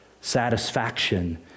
satisfaction